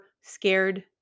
scared